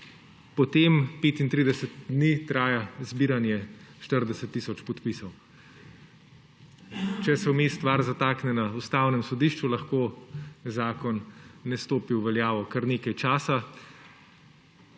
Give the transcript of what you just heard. Potem 35 dni traja zbiranje 40 tisoč podpisov. Če se vmes stvar zatakne na Ustavnem sodišču, lahko zakon ne stopi v veljavo kar nekaj časa;